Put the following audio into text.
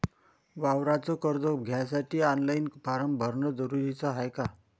वावराच कर्ज घ्यासाठी ऑनलाईन फारम भरन जरुरीच हाय का?